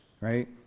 right